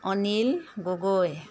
Anil Gogoi